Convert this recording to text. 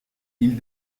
ils